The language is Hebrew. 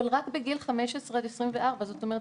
אבל רק בגיל 15 עד 24. זאת אומרת,